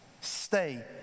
stay